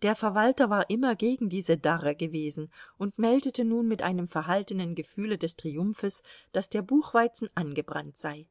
der verwalter war immer gegen diese darre gewesen und meldete nun mit einem verhaltenen gefühle des triumphes daß der buchweizen angebrannt sei